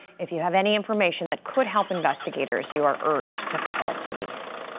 if you have any information that could help investigators you are urged to call police.